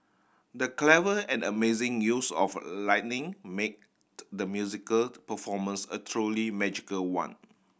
the clever and amazing use of lighting made the musical performance a truly magical one